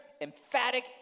emphatic